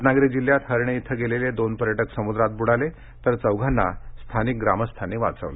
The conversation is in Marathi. रत्नागिरी जिल्ह्यात हर्णे इथं गेलेले दोन पर्यटक समुद्रात बुडाले तर चौघांना स्थानिक ग्रामस्थांनी वाचवलं